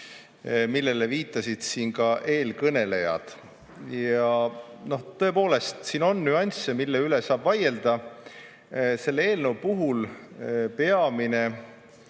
Sellele viitasid siin ka eelkõnelejad. Ja tõepoolest, siin on nüansse, mille üle saab vaielda. Selle eelnõu puhul peamine,